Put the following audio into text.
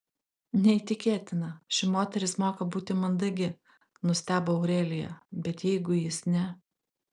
neįtikėtina ši moteris moka būti mandagi nustebo aurelija bet jeigu jis ne